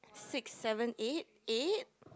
six seven eight eight